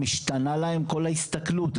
משתנה להם כל ההסתכלות,